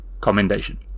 commendation